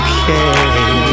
Okay